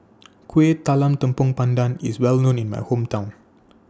Kueh Talam Tepong Pandan IS Well known in My Hometown